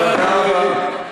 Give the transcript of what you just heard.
תודה רבה.